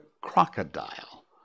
crocodile